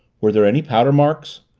were there any powder marks?